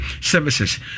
services